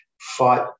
fight